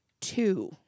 two